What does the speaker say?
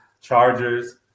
chargers